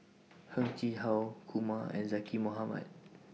Heng Chee How Kumar and Zaqy Mohamad